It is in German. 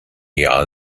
jahr